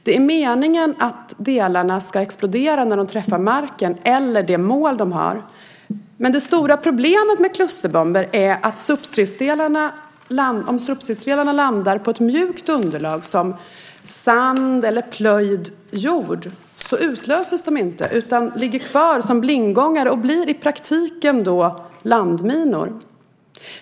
Det är meningen att delarna ska explodera när de träffar marken eller det mål de har. Men det stora problemet med klusterbomber är att om substridsdelarna landar på ett mjukt underlag, som sand eller plöjd jord, utlöses de inte utan ligger kvar som blindgångare och blir i praktiken landminor.